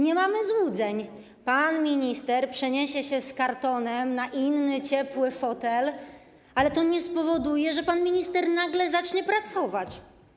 Nie mamy złudzeń: pan minister przeniesie się z kartonem na inny ciepły fotel, ale to nie spowoduje, że pan minister nagle zacznie pracować.